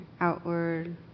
outward